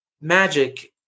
Magic